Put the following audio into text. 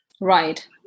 Right